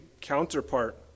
counterpart